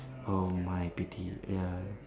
oh my pity ya